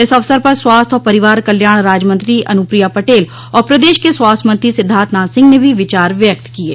इस अवसर पर स्वास्थ्य और परिवार कल्याण राजमंत्री अनुप्रिया पटेल और प्रदेश के स्वास्थ्य मंत्री सिद्धार्थ नाथ सिंह न भी विचार व्यक्त किये